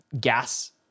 gas